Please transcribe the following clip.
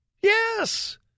Yes